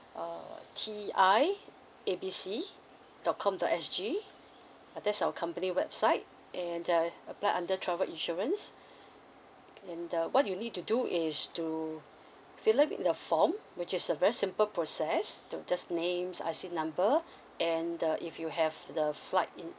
uh T I A B C dot com dot S G uh that's our company website and there apply under travel insurance and the what you need to do is to fill up with the form which is a very simple process to just name I_C number and the if you have the flight in